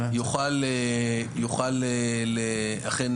יוכל אכן,